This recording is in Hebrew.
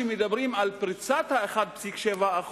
כשמדברים על פריצת ה-1.7%,